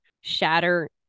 shatter